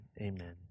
amen